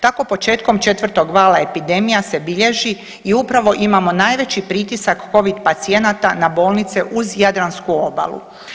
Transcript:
Tako početkom četvrtog vala epidemija se bilježi i upravo imamo najveći pritisak Covid pacijenata na bolnice uz Jadransku obalu.